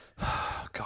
God